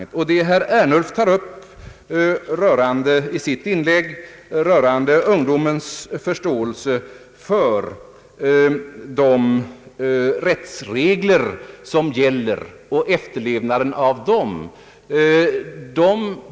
Herr Ernulf tog i sitt inlägg upp frågan om angelägenheten att öka ungdomens förståelse för de rättsregler som gäller och efterlevnaden av dem.